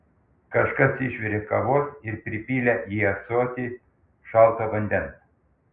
kažkas išvirė kavos ir pripylė į ąsotį šalto vandens